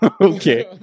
okay